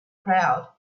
crowd